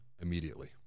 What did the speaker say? Immediately